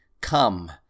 Come